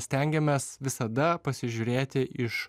stengiamės visada pasižiūrėti iš